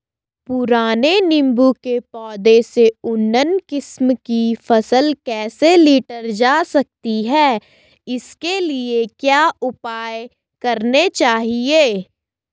पुराने नीबूं के पौधें से उन्नत किस्म की फसल कैसे लीटर जा सकती है इसके लिए क्या उपाय करने चाहिए?